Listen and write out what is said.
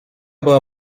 była